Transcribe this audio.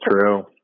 true